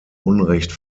unrecht